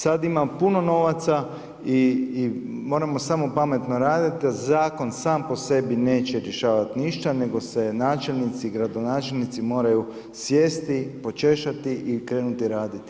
Sad imam puno novaca i moramo samo pametno raditi zakon sam po sebi neće rješavati ništa nego se načelnici, gradonačelnici moraju sjesti počešati i krenuti raditi.